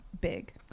big